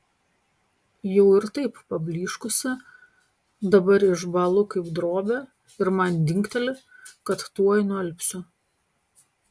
jau ir taip pablyškusi dabar išbąlu kaip drobė ir man dingteli kad tuoj nualpsiu